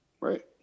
Right